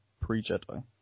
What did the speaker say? pre-Jedi